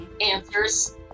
Answers